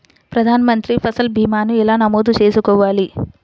ప్రధాన మంత్రి పసల్ భీమాను ఎలా నమోదు చేసుకోవాలి?